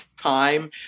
time